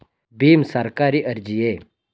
ಭೀಮ್ ಸರ್ಕಾರಿ ಅರ್ಜಿಯೇ?